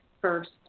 first